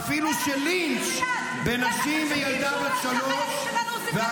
-- ואפילו לינץ' בנשים וילדה בת שלוש -- איך אתם